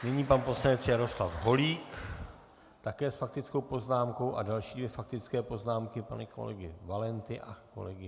Nyní pan poslanec Jaroslav Holík také s faktickou poznámkou a další dvě faktické poznámky pana kolegy Valenty a kolegy Böhnische.